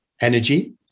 energy